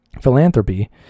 Philanthropy